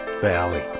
Valley